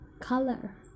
color